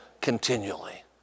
continually